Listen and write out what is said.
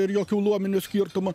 ir jokių luominių skirtumų